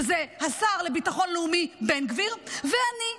שזה השר לביטחון לאומי בן גביר ואני.